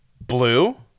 Blue